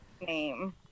name